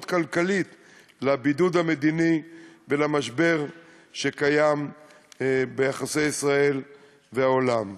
כלכלית לבידוד המדיני ולמשבר ביחסי ישראל והעולם.